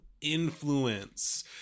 influence